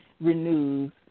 renews